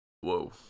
Whoa